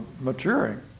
maturing